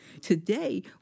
Today